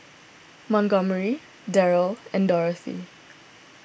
Montgomery Deryl and Dorothy